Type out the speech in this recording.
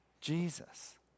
Jesus